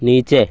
नीचे